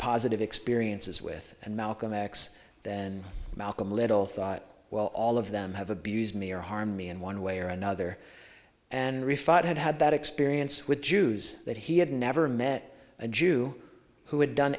positive experiences with and malcolm x then malcolm little thought well all of them have abused me or harmed me in one way or another and refight had had that experience with jews that he had never met a jew who had done